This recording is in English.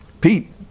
Pete